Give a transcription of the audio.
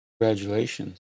Congratulations